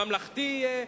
ממלכתי יהיה,